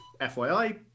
FYI